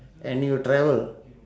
and you travel